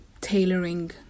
tailoring